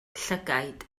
llygaid